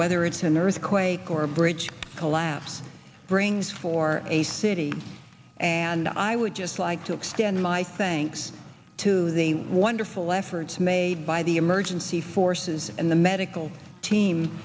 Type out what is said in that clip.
whether it's an earthquake or a bridge collapse brings for a city and i would just like to extend my thanks to the wonderful efforts made by the emergency forces and the medical team